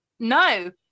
No